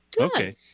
Okay